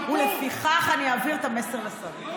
ולפיכך אני אעביר את המסר לשרים.